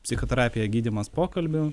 psichoterapija gydymas pokalbiu